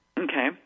Okay